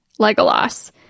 Legolas